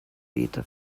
beete